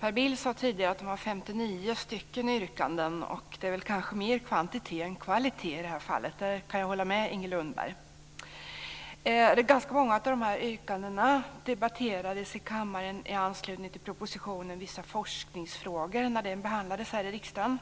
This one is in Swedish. Per Bill sade tidigare att det är 59 yrkanden. Det är väl mer kvantitet än kvalitet. Det kan jag hålla med Inger Ganska många av dessa yrkanden debatterades i kammaren när propositionen Vissa forskningsfrågor behandlades i riksdagen.